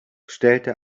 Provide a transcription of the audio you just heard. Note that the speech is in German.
stellte